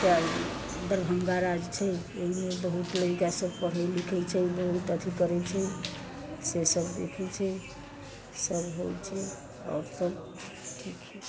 दरभंगा राज्य छै ओहिमे बहुत लैड़का सब पढ़ै लिखै छै बहुत अथी करै छै से सब देखै छै सब होइ छै आओर सब ठीक है